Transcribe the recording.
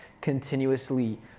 continuously